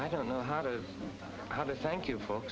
i don't know how to how to thank you fo